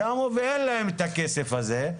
ואין להם את הכסף הזה.